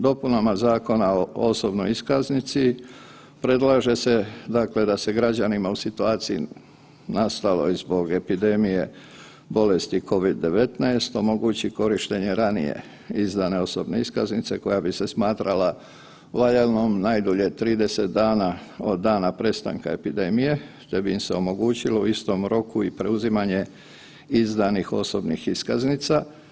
Dopunama zakona o osobnoj iskaznici predlaže se dakle da se građanima u situaciji nastaloj zbog epidemije bolesti Covid-19 omogući korištenje ranije izdane osobne iskaznice koja bi se smatrala valjanom najdulje 30 dana od dana prestanka epidemije te bi im se omogućilo u istom roku i preuzimanje izdanih osobnih iskaznica.